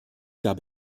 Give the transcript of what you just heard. gab